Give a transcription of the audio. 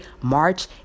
March